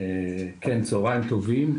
צוהריים טובים,